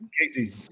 Casey